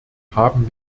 haben